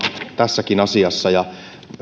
tässäkin asiassa ja